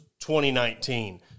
2019